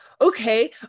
okay